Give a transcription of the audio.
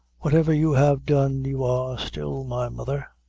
whatever you have done, you are still my mother.